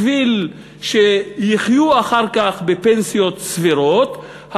בשביל שיחיו אחר כך בפנסיות סבירות,